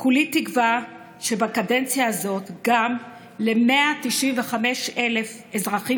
כולי תקווה שבקדנציה הזאת גם ל-195,000 אזרחים